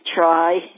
try